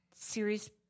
series